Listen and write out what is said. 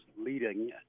leading